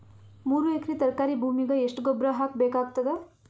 ಮೂರು ಎಕರಿ ತರಕಾರಿ ಭೂಮಿಗ ಎಷ್ಟ ಗೊಬ್ಬರ ಹಾಕ್ ಬೇಕಾಗತದ?